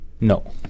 No